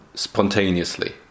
spontaneously